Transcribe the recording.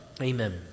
Amen